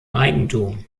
eigentum